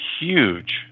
huge